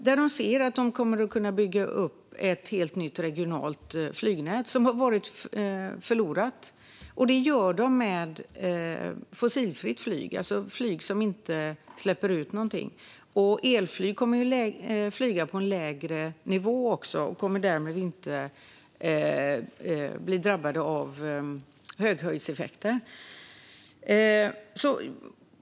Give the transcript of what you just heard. De ser att de kommer att kunna bygga upp ett helt nytt regionalt flygnät som har varit förlorat. Det görs med fossilfritt flyg, det vill säga flyg som inte släpper ut någonting. Elflyg kommer att flyga på en lägre nivå och kommer därmed inte att bli drabbat av höghöjdseffekter.